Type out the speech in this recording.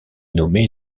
nommé